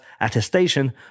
attestation